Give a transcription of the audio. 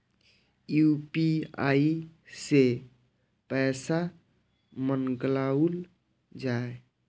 UPI सै पैसा मंगाउल जाय?